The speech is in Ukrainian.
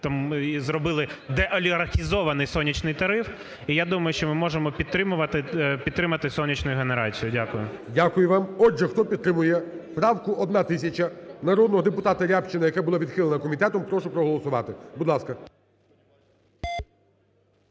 і зробили деолігархізований "сонячний" тариф і я думаю, що ми можемо підтримувати, підтримати сонячну генерацію. Дякую. ГОЛОВУЮЧИЙ. Дякую вам. Отже, хто підтримує правку 1000 народного депутата Рябчина, яка була відхилена комітетом, прошу проголосувати. Будь ласка.